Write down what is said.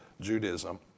Judaism